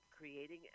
creating